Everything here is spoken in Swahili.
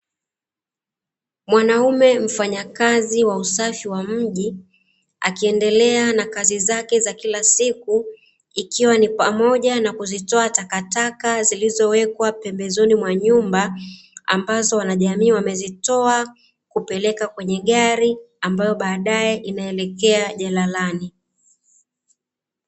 Mwanaume mfanyakazi wa usafi wa mji, akiendelea na kazi zake za kila siku, ikiwa ni pamoja na kuzitoa takataka zilizowekwa pembezoni mwa nyumba, ambazo wanajamii wamezitoa kupeleka kwenye gari, ambayo baadaye inaelekea jalalani.